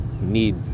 need